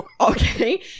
okay